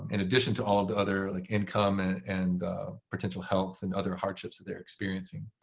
in addition to all the other like income and and potential health and other hardships that they're experiencing.